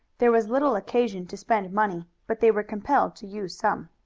there was little occasion to spend money, but they were compelled to use some.